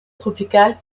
tropicale